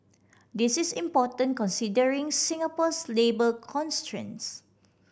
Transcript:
this is important considering Singapore's labour constraints